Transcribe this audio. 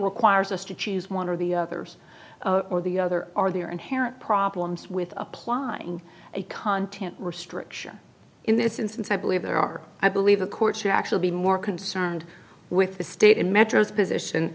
requires us to choose one or the others or the other are there inherent problems with applying a content restriction in this instance i believe there are i believe a court should actually be more concerned with the state in metro's position